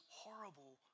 horrible